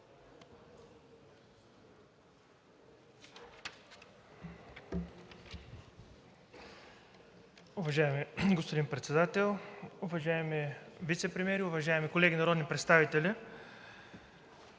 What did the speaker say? Уважаеми господин Председател, уважаеми вицепремиери, уважаеми колеги народни представители!